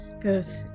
goes